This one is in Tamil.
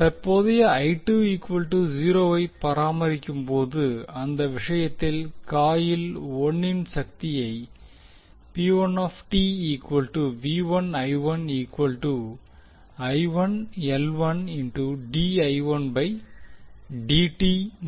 தற்போதைய 0 ஐ பராமரிக்கும் போது அந்த விஷயத்தில் காயில் 1 ன் சக்தியை